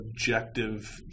objective